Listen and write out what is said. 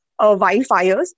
wildfires